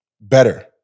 better